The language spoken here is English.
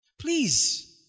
please